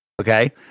Okay